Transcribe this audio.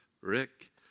Rick